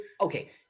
okay